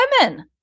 women